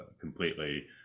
completely